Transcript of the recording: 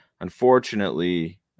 Unfortunately